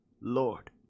Lord